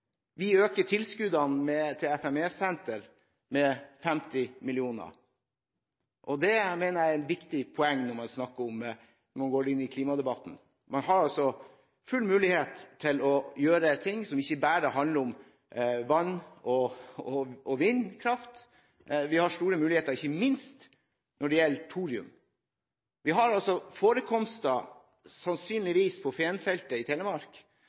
Vi øker tilskuddene til FME-sentre med 50 mill. kr. Det mener jeg er et viktig poeng når man går inn i klimadebatten. Man har fullt ut mulighet til å gjøre noe som ikke bare handler om vann- og vindkraft. Vi har store muligheter ikke minst når det gjelder thorium. Vi har forekomster på Fensfeltet i Telemark